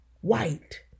white